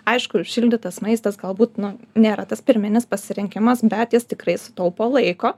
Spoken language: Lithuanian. aišku šildytas maistas galbūt nu nėra tas pirminis pasirinkimas bet jis tikrai sutaupo laiko